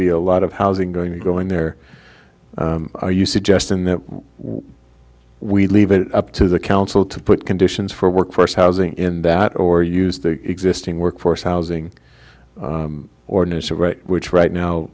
be a lot of housing going to go in there are you suggesting that we leave it up to the council to put conditions for workforce housing in that or use the existing workforce housing ordinance right which right now